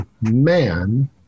man